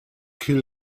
kill